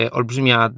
olbrzymia